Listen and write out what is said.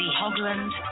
hogland